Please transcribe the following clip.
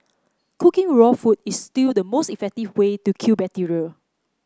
cooking raw food is still the most effective way to kill bacteria